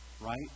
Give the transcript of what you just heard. Right